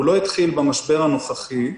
הוא לא התחיל במשבר הנוכחי.